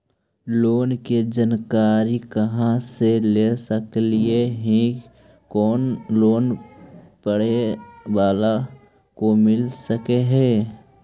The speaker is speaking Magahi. लोन की जानकारी कहा से ले सकली ही, कोन लोन पढ़े बाला को मिल सके ही?